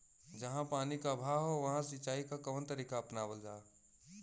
जहाँ पानी क अभाव ह वहां सिंचाई क कवन तरीका अपनावल जा?